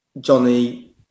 Johnny